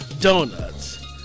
Donuts